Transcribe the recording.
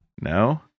no